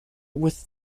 with